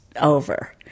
over